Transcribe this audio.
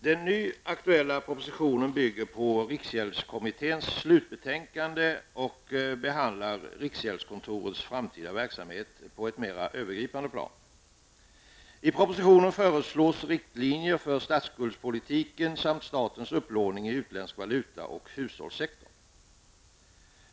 Den nu aktuella propositionen bygger på riksgäldskommitténs slutbetänkande och behandlar riksgäldskontorets framtida verksamhet på ett mera övergripande plan. I propositionen föreslås riktlinjer för statsskuldspolitiken samt statens upplåning i utländsk valuta och i hushållssektorn.